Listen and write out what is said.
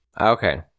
Okay